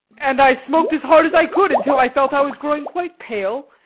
and i smoked as hard as i could, until i felt i was growing quite pale,